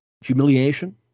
Humiliation